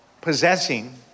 possessing